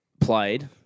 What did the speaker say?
Played